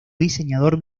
diseñador